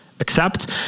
Accept